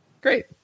Great